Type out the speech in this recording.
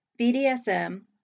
BDSM